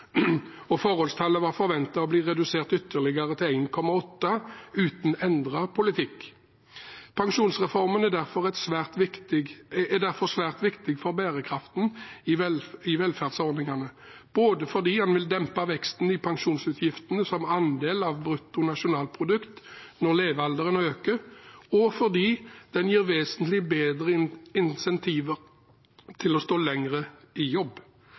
Dette forholdstallet var i 2007 blitt redusert til 2,6, og forholdstallet var forventet å bli redusert ytterligere, til 1,8, uten endret politikk. Pensjonsreformen er derfor svært viktig for bærekraften i velferdsordningene, både fordi den vil dempe veksten i pensjonsutgiftene som andel av bruttonasjonalprodukt når levealderen øker, og fordi den gir vesentlig bedre incentiver til å stå lenger i jobb.